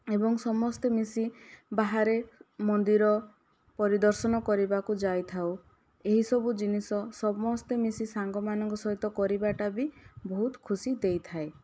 ଏବଂ ସମସ୍ତେ ମିଶି ବାହାରେ ମନ୍ଦିର ପରିଦର୍ଶନ କରିବାକୁ ଯାଇଥାଉ ଏହିସବୁ ଜିନିଷ ସମସ୍ତେ ମିଶି ସାଙ୍ଗମାନଙ୍କ ସହିତ କରିବାଟା ବି ବହୁତ ଖୁସି ଦେଇଥାଏ